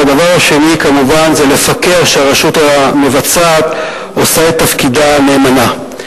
והדבר השני כמובן זה לפקח שהרשות המבצעת עושה את תפקידה נאמנה.